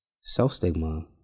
Self-stigma